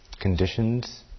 conditions